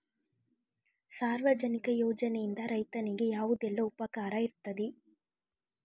ಸಾರ್ವಜನಿಕ ಯೋಜನೆಯಿಂದ ರೈತನಿಗೆ ಯಾವುದೆಲ್ಲ ಉಪಕಾರ ಇರ್ತದೆ?